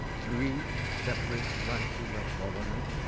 three separate branches of government.